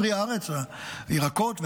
הירקות והפירות.